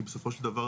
כי בסופו של דבר,